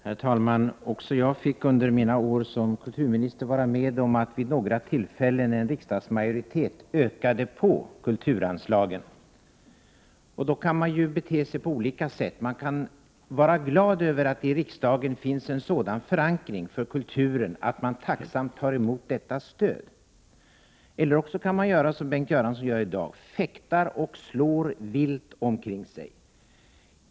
Herr talman! Också jag fick under mina år som kulturminister vara med om att vid några tillfällen en riksdagsmajoritet ökade på kulturanslagen. Då kan man bete sig på olika sätt. Man kan vara glad över att det i riksdagen finns en sådan förankring för kulturen att man tacksamt tar emot detta stöd, eller också kan man göra som Bengt Göransson gör i dag: fäkta och slå vilt omkring sig.